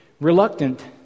reluctant